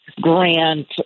grant